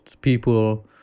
people